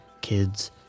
kids